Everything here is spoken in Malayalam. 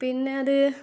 പിന്നത്